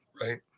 Right